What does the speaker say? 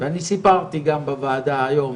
ואני סיפרתי גם בוועדה היום